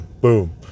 Boom